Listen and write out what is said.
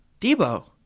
Debo